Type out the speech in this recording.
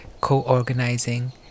co-organizing